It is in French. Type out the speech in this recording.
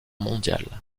mondiale